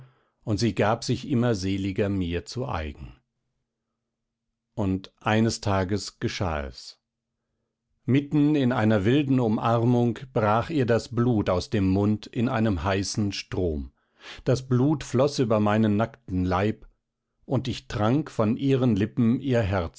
und sie gab sich immer seliger mir zu eigen und eines tages geschah es mitten in einer wilden umarmung brach ihr das blut aus dem mund in einem heißen strom das blut floß über meinen nackten leib und ich trank von ihren lippen ihr